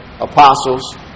apostles